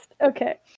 okay